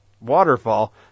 waterfall